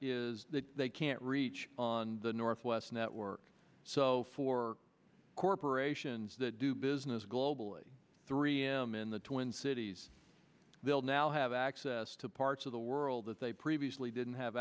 world that they can't reach on the northwest network so for corporations that do business globally three m in the twin cities they will now have access to parts of the world that they previously didn't have